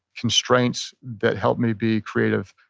constraints that help me be creative,